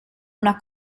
una